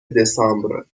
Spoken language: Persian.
دسامبر